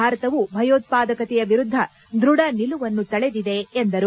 ಭಾರತವೂ ಭಯೋತ್ಪಾದಕತೆಯ ವಿರುದ್ದ ದೃಢ ನಿಲುವನ್ನು ತಳೆದಿದೆ ಎಂದರು